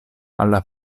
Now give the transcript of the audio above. alla